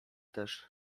też